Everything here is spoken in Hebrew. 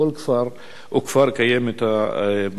וכפר קיימת הבעיה הזאת.